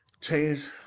change